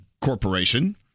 Corporation